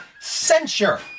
censure